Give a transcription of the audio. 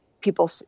people